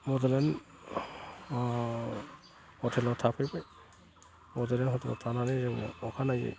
बड'लेण्ड हथेलाव थाफैबाय हथेलाव थानानै जोङो अखानायै